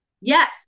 yes